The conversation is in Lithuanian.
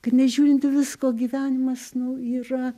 kad nežiūrint į visko gyvenimas nu yra